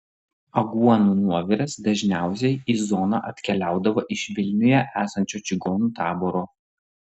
aguonų nuoviras dažniausiai į zoną atkeliaudavo iš vilniuje esančio čigonų taboro